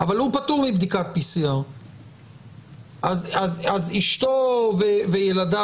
אבל הוא פטור מבדיקת PCR. אשתו וילדיו